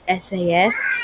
SAS